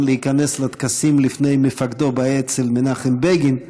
להיכנס לטקסים לפני מפקדו באצ"ל מנחם בגין,